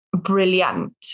brilliant